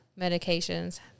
medications